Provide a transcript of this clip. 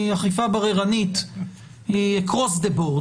אכיפה בררנית היא אקרוס דה בורד,